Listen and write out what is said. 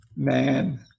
Man